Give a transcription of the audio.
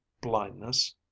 Blindness